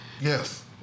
Yes